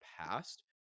past